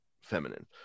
feminine